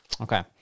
Okay